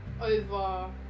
over